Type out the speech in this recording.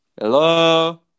Hello